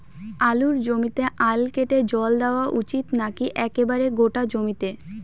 আলুর জমিতে আল কেটে জল দেওয়া উচিৎ নাকি একেবারে গোটা জমিতে?